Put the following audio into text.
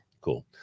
Cool